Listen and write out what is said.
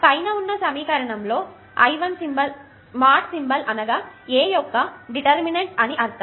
పైన ఉన్న సమీకరణంలో సింబల్ అనగా A యొక్క డెటెర్మినెన్ట్ అని అర్థం